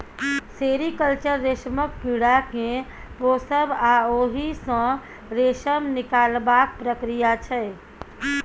sericulture रेशमक कीड़ा केँ पोसब आ ओहि सँ रेशम निकालबाक प्रक्रिया छै